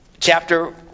chapter